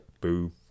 boo